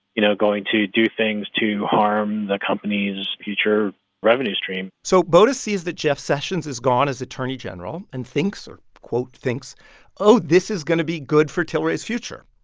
you know, going to do things to harm the company's future revenue stream so botus sees that jeff sessions is gone as attorney general and thinks quote, thinks oh, this is going to be good for tilray's future.